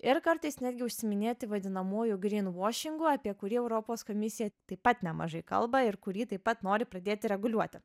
ir kartais netgi užsiiminėti vadinamuoju grynvošingu apie kurį europos komisija taip pat nemažai kalba ir kurį taip pat nori pradėti reguliuoti